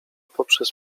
poprzez